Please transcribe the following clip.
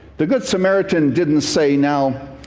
the good samaritan didn't say, now,